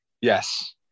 Yes